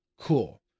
cool